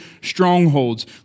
strongholds